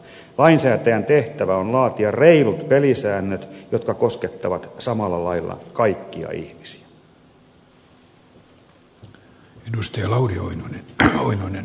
lainsäätäjän tehtävä on laatia reilut pelisäännöt jotka koskettavat samalla lailla kaikkia ihmisiä